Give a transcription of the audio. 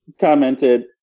commented